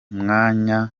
mwanya